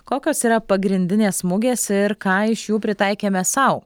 kokios yra pagrindinės mugės ir ką iš jų pritaikėme sau